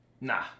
Nah